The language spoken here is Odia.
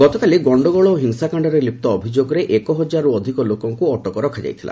ଗତକାଲି ଗଣ୍ଡଗୋଳ ଓ ହିଂସାକାଣ୍ଡରେ ଲିପ୍ତ ଅଭିଯୋଗରେ ଏକ ହଜାରରୁ ଅଧିକ ଲୋକଙ୍କୁ ଅଟକ ରଖାଯାଇଥିଲା